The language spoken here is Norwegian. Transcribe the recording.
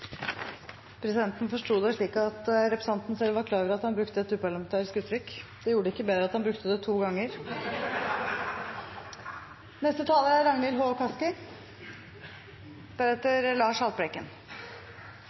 Presidenten forsto det slik at representanten selv var klar over at han brukte et uparlamentarisk uttrykk. Det gjorde det ikke bedre at han brukte det to ganger. Fredag den 13. er